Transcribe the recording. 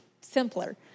simpler